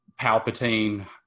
Palpatine